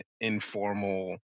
informal